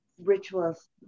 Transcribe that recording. rituals